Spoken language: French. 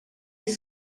high